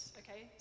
okay